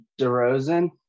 DeRozan